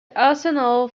arsenal